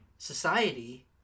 society